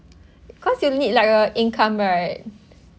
cause you need like a income right